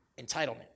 Entitlement